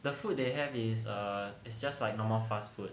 the food they have is err it's just like normal fast food